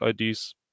IDs